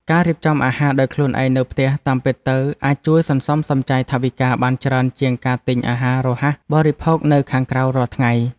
ការរៀបចំអាហារដោយខ្លួនឯងនៅផ្ទះតាមពិតទៅអាចជួយសន្សំសំចៃថវិកាបានច្រើនជាងការទិញអាហាររហ័សបរិភោគនៅខាងក្រៅរាល់ថ្ងៃ។